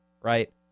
right